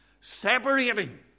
separating